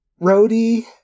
roadie